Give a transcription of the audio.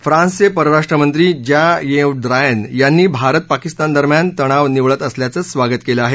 फ्रान्सचे परराष्ट्र मंत्री ज्याँ येव ड्रायन यांनी भारत पाकिस्तान दरम्यान तणाव निवळत असल्याचं स्वागत केलं आहे